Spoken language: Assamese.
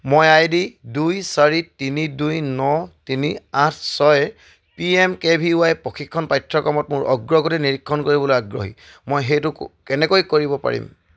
মই আই ডি দুই চাৰি তিনি দুই ন তিনি আঠ ছয়ৰ P M K V Y প্ৰশিক্ষণ পাঠ্যক্ৰমত মোৰ অগ্ৰগতি নিৰীক্ষণ কৰিবলৈ আগ্ৰহী মই সেইটো কেনেকৈ কৰিব পাৰিম